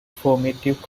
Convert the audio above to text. formative